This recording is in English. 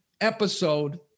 episode